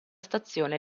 stazione